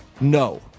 No